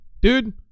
Dude